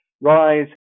Rise